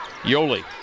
Yoli